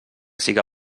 siga